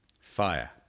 Fire